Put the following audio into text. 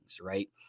right